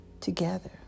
together